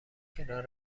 کنار